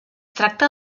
tracta